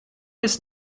des